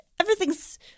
everything's